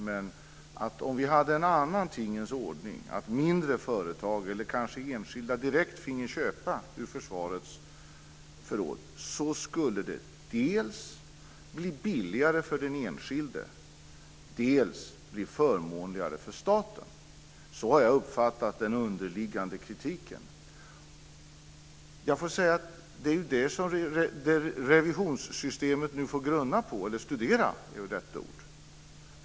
Men det har sagts att om vi hade en annan tingens ordning, att mindre företag eller kanske enskilda direkt finge köpa ur försvarets förråd, skulle det dels bli billigare för den enskilde, dels bli förmånligare för staten. Så har jag uppfattat den underliggande kritiken. Det är detta som revisionssystemet nu får studera.